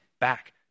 back